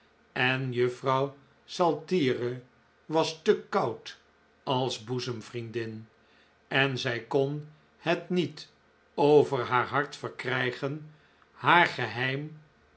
en juffrouw saltire was te koud als boezemvriendin en zij kon het niet over haar hart verkrijgen haar geheim